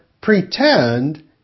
pretend